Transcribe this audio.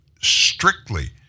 strictly